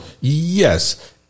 Yes